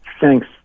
Thanks